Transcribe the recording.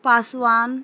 Paswan